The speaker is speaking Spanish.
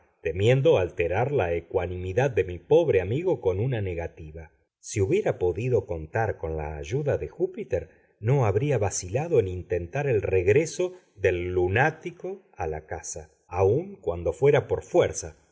temiendo alterar la ecuanimidad de mi pobre amigo con una negativa si hubiera podido contar con la ayuda de júpiter no habría vacilado en intentar el regreso del lunático a la casa aun cuando fuera por fuerza